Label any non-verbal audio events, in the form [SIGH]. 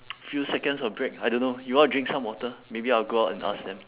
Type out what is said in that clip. [NOISE] few seconds of break I don't know you want to drink some water maybe I will go out and ask them